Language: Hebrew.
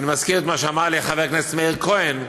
אני מזכיר את מה שאמר לי חבר הכנסת מאיר כהן,